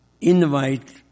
invite